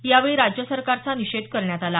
यावेळी राज्य सरकारचा निषेध करण्यात आला